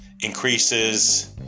increases